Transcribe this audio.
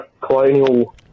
colonial